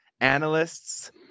Analysts